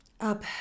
up